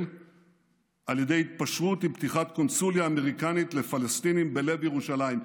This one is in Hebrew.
על ידי התפשרות עם פתיחת קונסוליה אמריקנית לפלסטינים בלב ירושלים.